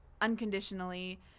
unconditionally